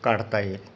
काढता येईल